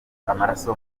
amaraso